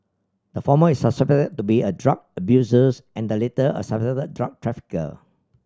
the former is suspected to be a drug abusers and the latter a suspected drug trafficker